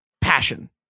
passion